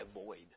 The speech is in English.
avoid